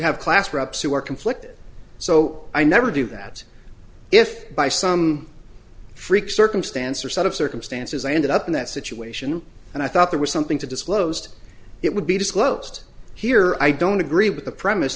have class reps who are conflicted so i never do that if by some freak circumstance or set of circumstances i ended up in that situation and i thought there was something to disclosed it would be disclosed here i don't agree with the premise